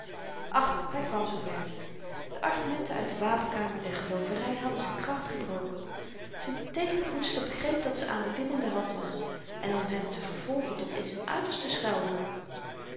ach hy kwam zoo ver niet de argumenten uit de wapenkamer der geloovery hadden z'n kracht gebroken z'n tegenvoetster begreep dat ze aan de winnende hand was en om hem te vervolgen tot in z'n uiterste schuilhoeken